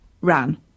ran